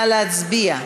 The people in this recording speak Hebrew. נא להצביע.